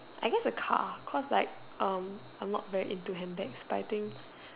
I guess a car cause like um I'm not very into handbags but I think